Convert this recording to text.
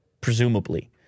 presumably